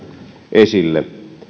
esille